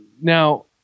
now